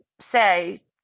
say